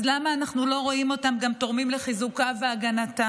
אז למה אנחנו לא רואים אותם גם תורמים לחיזוקה והגנתה?